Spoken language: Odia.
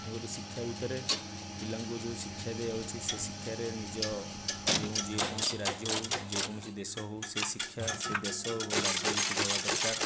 ଏଣୁକରି ଶିକ୍ଷା ଭିତରେ ପିଲାଙ୍କୁ ଯୋଉ ଶିକ୍ଷା ଦିଆଯାଉଛି ସେ ଶିକ୍ଷାରେ ନିଜ ଯେଉଁ ଯେକୌଣସି ରାଜ୍ୟ ହେଉ ଯେକୌଣସି ଦେଶ ହେଉ ସେଇ ଶିକ୍ଷା ସେଇ ଦେଶ ଏବଂ ରାଜ୍ୟଭିତ୍ତିକ ହେବା ଦରକାର